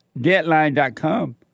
Deadline.com